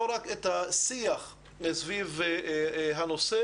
לא רק את השיח סביב הנושא,